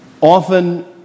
often